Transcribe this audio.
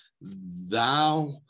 thou